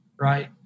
right